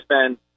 spend